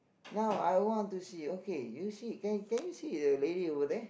now I want to see okay you see can can you see the lady over there